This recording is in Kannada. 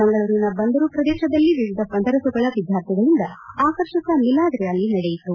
ಮಂಗಳೂರಿನ ಬಂದರು ಪ್ರದೇಶದಲ್ಲಿ ವಿವಿಧ ಮದರಸಗಳ ವಿದ್ಯಾರ್ಥಿಗಳಿಂದ ಆಕರ್ಷಕ ಮಿಲಾದ್ ರ್ಕಾಲಿ ನಡೆಯಿತು